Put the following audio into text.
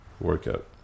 workout